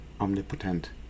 omnipotent